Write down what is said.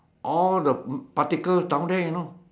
all the particles down there you know